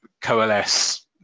coalesce